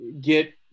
get